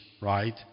right